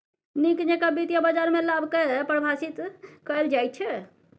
नीक जेकां वित्तीय बाजारमे लाभ कऽ परिभाषित कैल जाइत छै